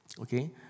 okay